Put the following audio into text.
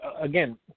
again